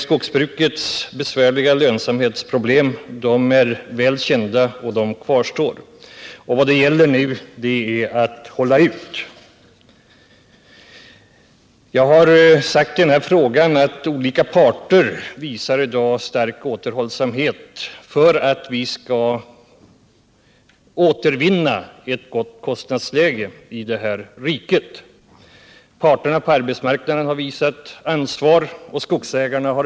Skogsbrukets besvärliga lönsamhetsproblem är väl kända och kvarstår. Vad det gäller nu är att hålla ut. Jag har sagt i den här frågan att olika parter i dag visar stark återhållsamhet för att vi skall återvinna ett gott kostnadsläge i det här riket. Parterna på arbetsmarknaden har visat ansvar, likaså skogsägarna.